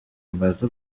mubaze